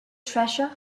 treasure